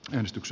menestys